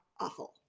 awful